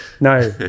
No